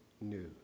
news